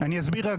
אני אסביר.